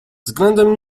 względem